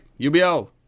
UBL